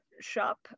shop